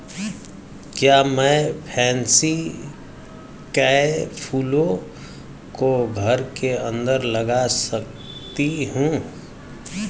क्या मैं पैंसी कै फूलों को घर के अंदर लगा सकती हूं?